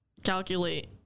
calculate